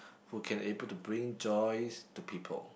who can able to bring joys to people